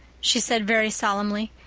she said very solemnly,